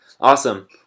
awesome